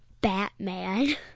Batman